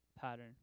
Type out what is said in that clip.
pattern